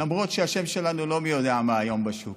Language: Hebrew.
למרות שהשם שלנו לא מי יודע מה בשוק